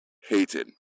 hated